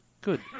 Good